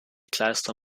kleister